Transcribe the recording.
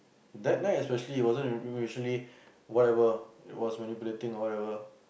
that night especially wasn't emotionally whatever it was manipulating or whatever